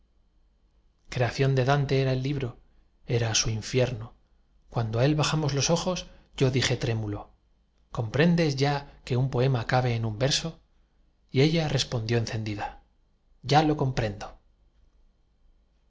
creación de dante era el libro era su infierno cuando á él bajamos los ojos yo dije trémulo comprendes ya que un poema cabe en un verso y ella respondió encendida ya lo comprendo